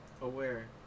aware